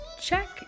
check